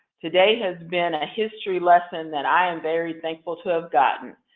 today has been a history lesson that i am very thankful to have gotten.